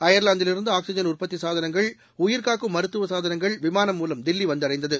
அயர்லாந்திலிருந்து oxygen உற்பத்திசாதனங்கள் உயிர்க்காக்கும் மருத்துவசாதனங்கள் விமானம் மூலம் தில்லிவந்தடைந்தது